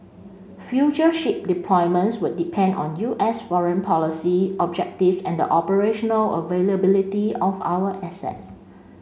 future ship deployments would depend on U S foreign policy objectives and the operational availability of our assets